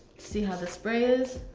see how this sprays.